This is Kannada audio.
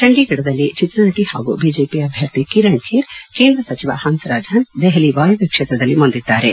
ಚಂಡೀಗಢದಲ್ಲಿ ಚಿತ್ರನಟಿ ಹಾಗೂ ಬಿಜೆಪಿ ಅಭ್ಯರ್ಥಿ ಕಿರಣ್ ಖೇರ್ ಕೇಂದ್ರ ಸಚಿವ ಹನ್ಗೆರಾಜ್ ಹನ್ಗೆ ದೆಹಲಿ ವಾಯವ್ಯ ಕ್ಷೇತ್ರದಲ್ಲಿ ಮುಂದಿದ್ದಾರೆ